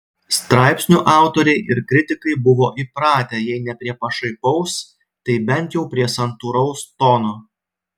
straipsnių autoriai ir kritikai buvo įpratę jei ne prie pašaipaus tai bent jau prie santūraus tono